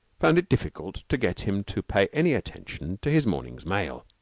found it difficult to get him to pay any attention to his morning's mail.